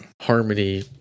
harmony